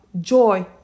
joy